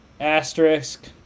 Asterisk